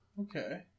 Okay